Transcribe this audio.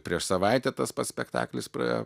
prieš savaitę tas pats spektaklis praėjo